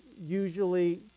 usually